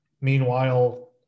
Meanwhile